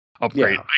Upgrade